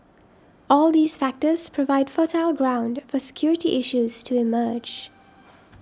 all these factors provide fertile ground for security issues to emerge